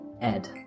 Ed